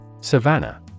Savannah